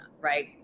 right